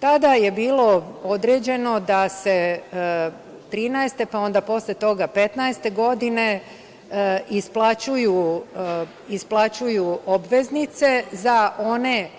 Tada je bilo određeno da se 2013. pa onda posle toga 2015. godine isplaćuju obveznice za one